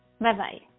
Bye-bye